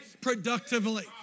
productively